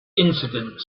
incidents